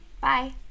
bye